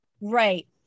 Right